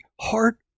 heart